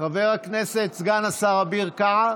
חבר הכנסת וסגן השר אביר קארה,